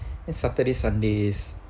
and saturday sundays